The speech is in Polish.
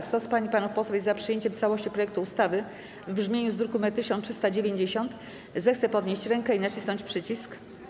Kto z pań i panów posłów jest za przyjęciem w całości projektu ustawy w brzmieniu z druku nr 1390, zechce podnieść rękę i nacisnąć przycisk.